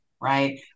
right